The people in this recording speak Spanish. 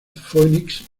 phoenix